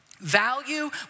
Value